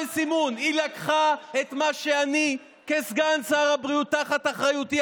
הסכמנו כי הצעת החוק של חבר הכנסת תוצמד להצעת החוק הממשלתית,